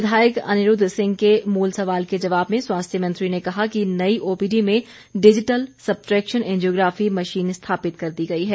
विधायक अनिरूद्व सिंह के मूल सवाल के जवाब में स्वास्थ्य मंत्री ने कहा कि नई ओपीडी में डिजीटल सबट्रेक्शन एंजियोग्राफी मशीन स्थापित कर दी गई है